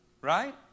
Right